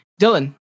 Dylan